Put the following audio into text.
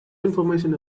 information